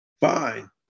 fine